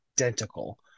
identical